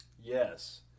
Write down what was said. Yes